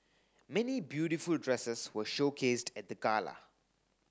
many beautiful dresses were showcased at the gala